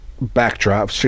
backdrop